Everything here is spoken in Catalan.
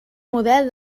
model